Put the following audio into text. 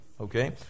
Okay